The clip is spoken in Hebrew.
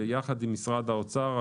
ביחד עם משרד האוצר,